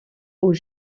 aux